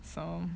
so